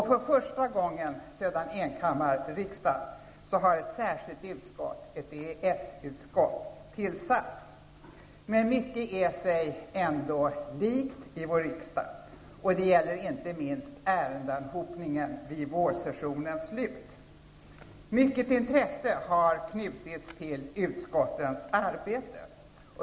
För första gången under enkammarriksdagens tid har ett särskilt utskott -- Men mycket är sig ändå likt i vår riksdag. Det gäller inte minst ärendeanhopningen vid vårsessionens slut. Mycket intresse har knutits till utskottens arbete.